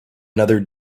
another